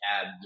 add